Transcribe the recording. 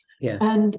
Yes